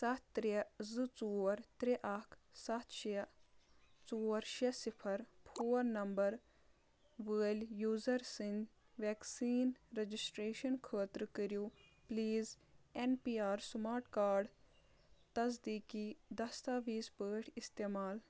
ستھ ترٛےٚ زٕ ژور ترٛےٚ اکھ ستھ شیٚے ژور شیٚے صِفر فون نمبر وٲلۍ یوٗزر سٕنٛدۍ ویکسیٖن رجسٹریشن خٲطرٕ کٔرِو please N P R smart card تصدیٖقی دستاویز پٲٹھۍ استعمال